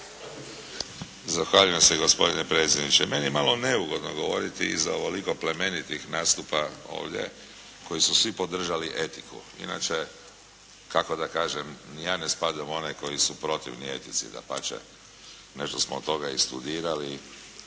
Zahvaljujem se gospodine predsjedniče. Meni je malo neugodno govoriti iza ovoliko plemenitih nastupa ovdje koji su svi podržali etiku. Inače, kako da kažem, ni ja ne spadam u one koji su protivni etici, dapače nešto smo od toga i studirali,